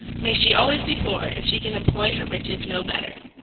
may she always be poor, if she can employ her riches no better.